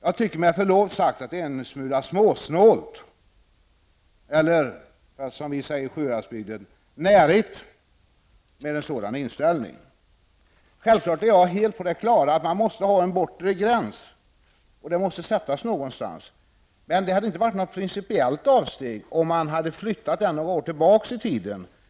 Jag tycker med förlov sagt att det är en smula småsnålt eller som vi säger i Sjuhäradsbygden närigt med en sådan inställning. Självfallet är jag helt på det klara med att man måste ha en bortre gräns, att en sådan måste sättas någonstans, men det hade inte inneburit något principiellt avsteg att flytta den gränsen några år tillbaka i tiden.